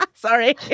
Sorry